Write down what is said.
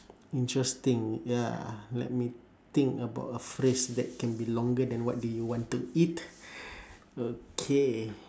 interesting ya let me think about a phrase that can be longer than what do you want to eat okay